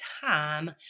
time